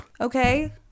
Okay